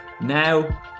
Now